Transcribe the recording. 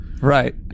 Right